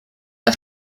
auf